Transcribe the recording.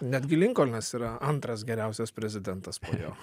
netgi linkolnas yra antras geriausias prezidentas po jo